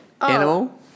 Animal